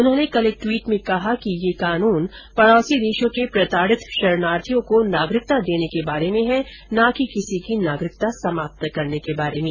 उन्होंने कल एक टवीट में कहा कि यह कानून पड़ौसी देशों के प्रताड़ित शरणार्थियों को नागरिकता देने के बारे में है न कि किसी की नागरिकता समाप्त करने के बारे में